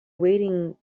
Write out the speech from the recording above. waiting